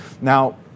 Now